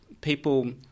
people